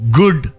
good